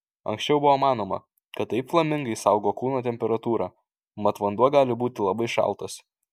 anksčiau buvo manoma kad taip flamingai saugo kūno temperatūrą mat vanduo gali būti labai šaltas